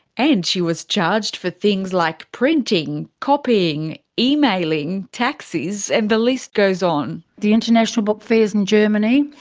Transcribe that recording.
and she was charged for things like printing, copying, emailing, taxis, and the list goes on. the international book fairs in germany,